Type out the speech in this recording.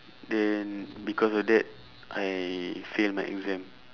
then because of that I fail my exam